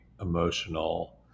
emotional